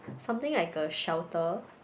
something like a shelter